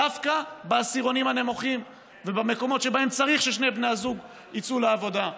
דווקא בעשירונים הנמוכים ובמקומות שבהם צריך ששני בני הזוג יצאו לעבודה.